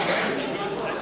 איסור ביטול גיור),